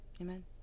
Amen